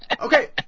Okay